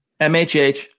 MHH